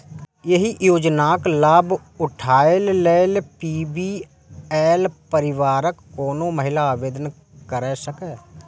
एहि योजनाक लाभ उठाबै लेल बी.पी.एल परिवारक कोनो महिला आवेदन कैर सकैए